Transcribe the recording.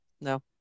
no